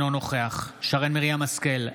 אינו נוכח שרן מרים השכל,